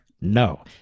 No